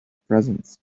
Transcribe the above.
presence